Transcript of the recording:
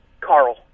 Carl